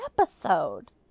episode